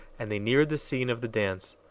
and they neared the scene of the dance.